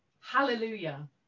Hallelujah